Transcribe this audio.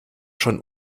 schon